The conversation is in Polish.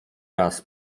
raz